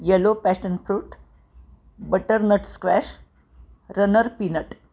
yellow passion fruit butternut squash runner peanut